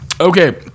Okay